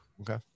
Okay